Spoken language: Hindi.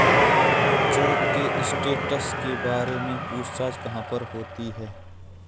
चेक के स्टैटस के बारे में पूछताछ कहाँ पर होती है?